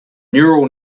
neural